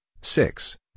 six